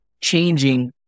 changing